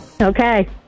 Okay